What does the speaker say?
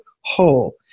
whole